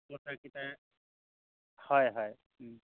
হয় হয় ও